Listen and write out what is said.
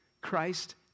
Christ